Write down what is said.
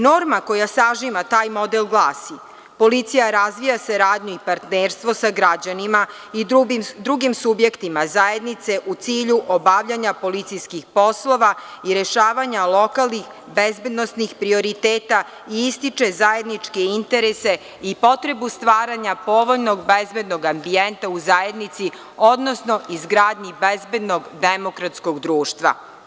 Norma koja sažima taj model glasi – policija razvija saradnju i partnerstvo sa građanima i drugim subjektima zajednice, u cilju obavljanja policijskih poslova i rešavanja lokalnih bezbednosnih prioriteta i ističe zajedničke interese i potrebu stvaranja povoljnog bezbednog ambijenta u zajednici, odnosno izgradnji bezbednog demokratskog društva.